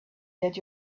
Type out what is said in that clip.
that